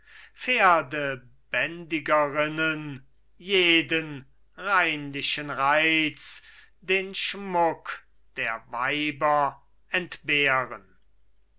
pferdebändigerinnen jeden reinlichen reiz den schmuck der weiber entbehren